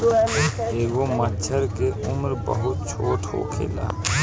एगो मछर के उम्र बहुत छोट होखेला